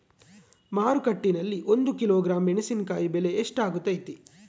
ಮಾರುಕಟ್ಟೆನಲ್ಲಿ ಒಂದು ಕಿಲೋಗ್ರಾಂ ಮೆಣಸಿನಕಾಯಿ ಬೆಲೆ ಎಷ್ಟಾಗೈತೆ?